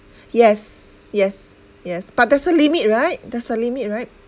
yes yes yes but there's a limit right there's a limit right